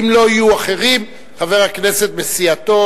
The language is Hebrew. ואם לא יהיו אחרים, חבר הכנסת מסיעתו,